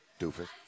doofus